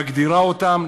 מגדירה אותם,